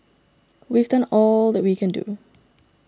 we've done all that we can do